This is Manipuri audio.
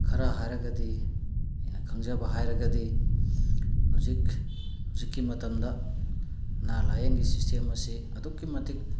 ꯈꯔ ꯍꯥꯏꯔꯒꯗꯤ ꯑꯩꯅ ꯈꯪꯖꯕ ꯍꯥꯏꯔꯒꯗꯤ ꯍꯧꯖꯤꯛ ꯍꯧꯖꯤꯛꯀꯤ ꯃꯇꯝꯗ ꯑꯅꯥ ꯂꯥꯏꯌꯦꯡꯒꯤ ꯁꯤꯁꯇꯦꯝ ꯑꯁꯤ ꯑꯗꯨꯛꯀꯤ ꯃꯇꯤꯛ